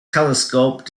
telescope